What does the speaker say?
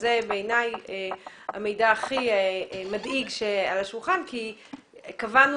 שזה בעיני המידע הכי מדאיג על השולחן כי קבענו